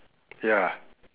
ya